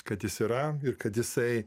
kad jis yra ir kad jisai